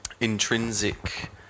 intrinsic